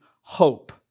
hope